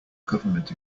government